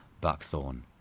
buckthorn